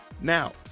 Now